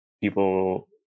people